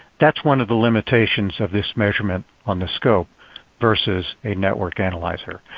that's one of the limitations of this measurement on the scope versus a network analyzer.